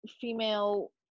female